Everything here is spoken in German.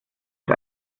ist